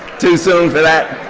too soon for that?